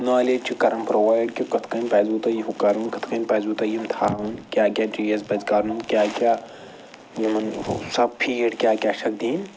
knowledge چھُ کران provide کہِ کٕتھ کٔنۍ پَزِوٕ تۄہہِ یہِ ہُہ کَرُن کٕتھ کٔنۍ پَزِوٕ تۄہہِ یِم تھاوٕنۍ کیٛاہ کیٛاہ چیٖز پَزِ کَرُن کیٛاہ یِمَن سۄ فیٖڈ کیٛاہ کیٛاہ چھَکھ دِنۍ